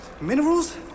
Minerals